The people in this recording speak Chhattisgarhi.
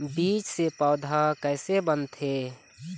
बीज से पौधा कैसे बनथे?